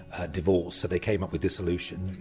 divorce, so they came up with! dissolution!